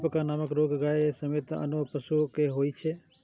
खुरपका नामक रोग गाय समेत आनो पशु कें होइ छै